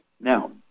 Now